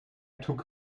took